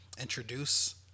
introduce